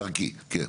דרכי, כן.